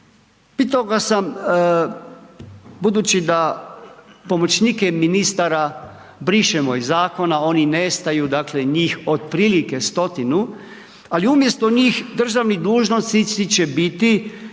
pitao sam ga budući da pomoćnike ministara brišemo iz zakona, oni nestaju, dakle njih otprilike stotinu, ali umjesto njih državni dužnosnici će biti